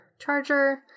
charger